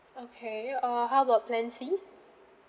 okay uh how about plan C